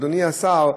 אדוני השר,